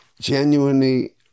genuinely